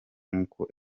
nkuko